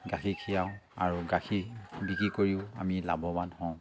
গাখীৰ খীৰাওঁ আৰু গাখীৰ বিক্ৰী কৰিও আমি লাভবান হওঁ